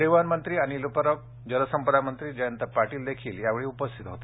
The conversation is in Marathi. परिवहन मंत्री अनिल परब जलसंपदा मंत्री जयंत पाटील या वेळी उपस्थित होते